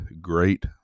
great